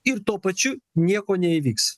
ir tuo pačiu nieko neįvyks